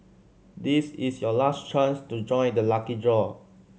this is your last chance to join the lucky draw